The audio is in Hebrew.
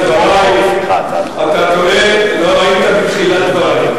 אתה טועה, לא היית בתחילת דברי.